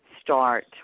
start